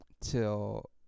till